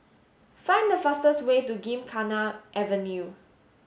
find the fastest way to Gymkhana Avenue